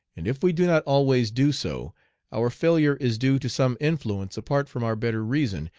and if we do not always do so our failure is due to some influence apart from our better reason,